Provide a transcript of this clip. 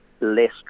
less